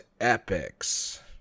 epics